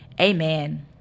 Amen